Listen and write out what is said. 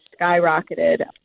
skyrocketed